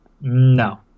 No